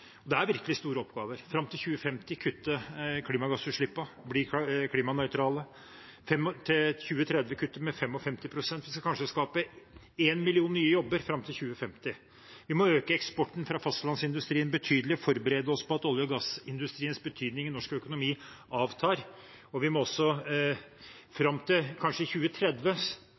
det vi nå skal gjennom. Og det er virkelig store oppgaver: Å kutte klimagassutslippene fram til 2050, bli klimanøytrale, kutte med 55 pst. til 2030. Vi skal kanskje skape 1 million nye jobber fram til 2050. Vi må øke eksporten fra fastlandsindustrien betydelig og forberede oss på at olje- og gassindustriens betydning i norsk økonomi avtar. Vi må også fram til